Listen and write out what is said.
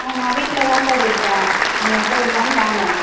ஆ நான் வீட்டில்தான் சார் இருப்பேன் நீங்கள் எப்போ வேணுணாலும் வாங்க